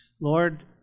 Lord